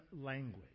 language